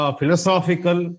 philosophical